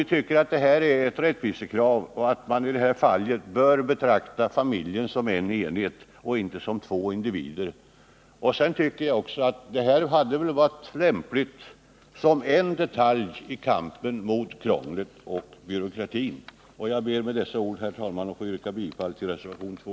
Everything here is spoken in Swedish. Vi tycker att detta är ett rättvisekrav och att man i dessa fall bör betrakta familjen som en enhet — inte som två individer. Sedan tycker jag att det här hade varit lämpligt som en detalj i kampen mot krånglet och byråkratin. Jag ber med dessa ord, herr talman, att få yrka bifall till reservationen 2